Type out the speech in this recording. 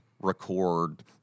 record